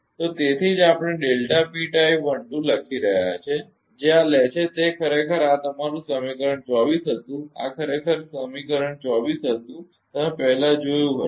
તો તેથી જ આપણે લખી રહ્યા છીએ જે આ લે છે તે ખરેખર આ તમારું સમીકરણ 24 હતું આ ખરેખર સમીકરણ 24 હતું તમે પહેલા જોયું હશે